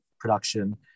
production